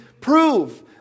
prove